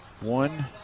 One